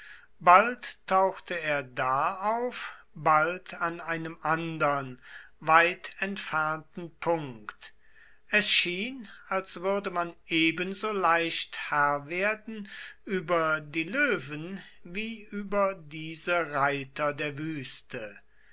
bald tauchte er da auf bald an einem andern weit entfernten punkt es schien als würde man ebenso leicht herr werden über die löwen wie über diese reiter der wüste